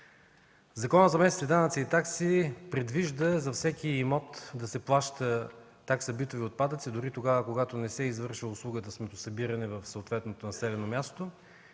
Законът за местните данъци и такси предвижда за всеки имот да се плаща такса битови отпадъци, дори и когато не се извършва услугата сметосъбиране в съответното населено място